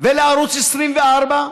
ולערוץ 24,